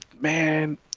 man